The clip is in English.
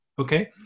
Okay